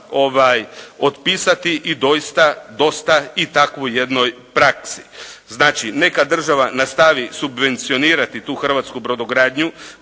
otpisati i doista dosta i takvoj jednoj praksi. Znači, neka država nastavi subvencionirati tu hrvatsku brodogradnju,